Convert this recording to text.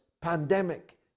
pandemic